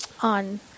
on